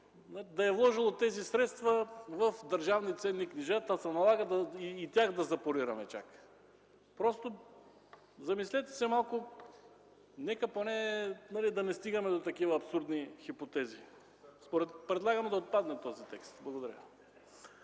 да е вложило тези средства в държавни ценни книжа, та се налага и тях да запорираме чак. Замислете се малко, нека да не стигаме до такива абсурдни хипотези. Предлагам този текст да отпадне. Благодаря.